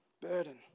Burden